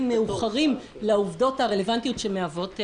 מאוחרים לעובדות הרלבנטיות שמהוות עבירה.